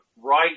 right